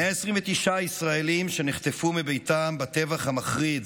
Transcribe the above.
129 ישראלים שנחטפו מביתם בטבח המחריד